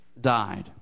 died